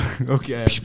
Okay